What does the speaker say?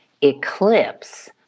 eclipse